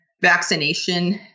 vaccination